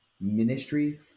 ministry